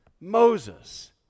Moses